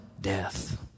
death